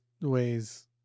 ways